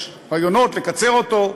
יש רעיונות לקצר אותו,